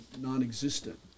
non-existent